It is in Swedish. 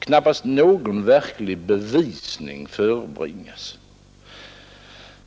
Knappast någon verklig bevisning förebringas.